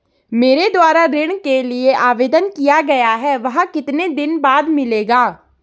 मेरे द्वारा ऋण के लिए आवेदन किया गया है वह कितने दिन बाद मिलेगा?